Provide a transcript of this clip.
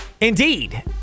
Indeed